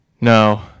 No